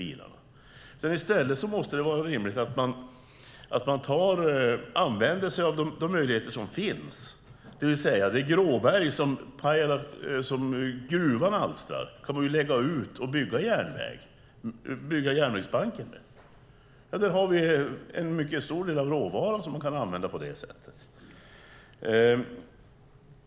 I stället måste det vara rimligt att man använder sig av de möjligheter som finns; det gråberg som gruvan alstrar kan man lägga ut och bygga järnvägsbanken med. En mycket stor del av råvaran kan man använda på det sättet.